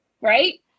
right